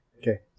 Okay